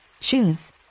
Shoes